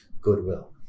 goodwill